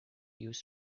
use